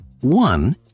One